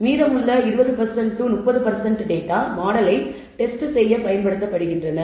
மீதமுள்ள 30 மாடலை டெஸ்ட் செய்ய பயன்படுத்தப்படுகின்றன